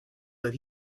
that